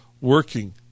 working